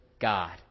God